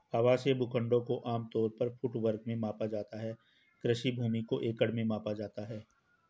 आवासीय भूखंडों को आम तौर पर वर्ग फुट में मापा जाता है, कृषि भूमि को एकड़ में मापा जाता है